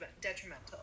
detrimental